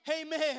amen